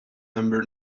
number